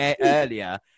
earlier